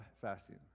fasting